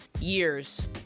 years